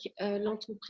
l'entreprise